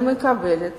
אני מקבלת